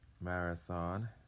marathon